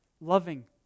loving